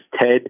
Ted